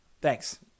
Thanks